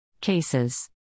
Cases